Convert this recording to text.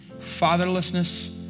fatherlessness